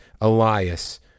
Elias